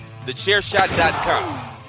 TheChairShot.com